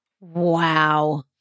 Wow